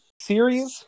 Series